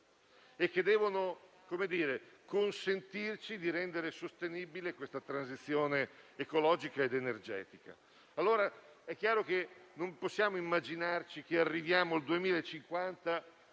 e devono consentirci di rendere sostenibile la transizione ecologica ed energetica. È chiaro allora che non possiamo immaginarci di arrivare al 2050